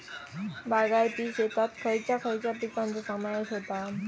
बागायती शेतात खयच्या खयच्या पिकांचो समावेश होता?